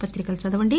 పత్రికలు చదవండి